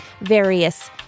various